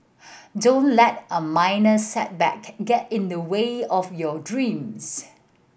don't let a minor setback get in the way of your dreams